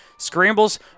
Scrambles